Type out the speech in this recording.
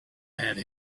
had